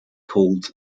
called